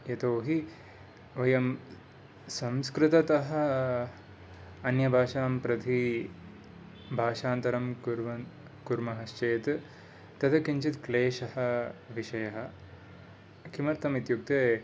यतोहि वयं संस्कृततः अन्यभाषां प्रति भाषान्तरं कुर्व कुर्मः चेत् तत् किञ्चित् क्लेशः विषयः किमर्थम् इत्युक्ते